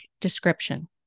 description